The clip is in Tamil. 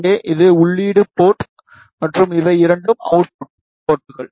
இங்கே இது உள்ளீட்டு போர்ட் மற்றும் இவை இரண்டும் அவுட்புட் போர்ட்கள்